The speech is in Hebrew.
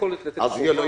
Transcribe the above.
יכולת לתת --- לא.